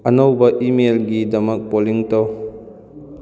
ꯑꯅꯧꯕ ꯏꯃꯦꯜꯒꯤꯗꯃꯛ ꯄꯣꯂꯤꯡ ꯇꯧ